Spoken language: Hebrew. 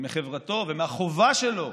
מחברתו ומהחובה שלו